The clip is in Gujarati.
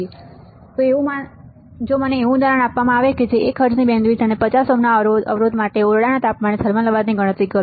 તેથી જો મને એવું ઉદાહરણ આપવામાં આવે કે જે 1 હર્ટ્ઝની બેન્ડવિડ્થ અને 50 ઓહ્મના અવરોધ માટે ઓરડાના તાપમાને થર્મલ અવાજની ગણતરી કરો